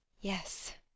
yes